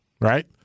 Right